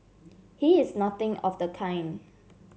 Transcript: he is nothing of the kind